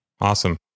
Awesome